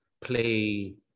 play